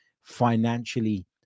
financially